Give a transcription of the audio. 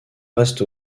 reste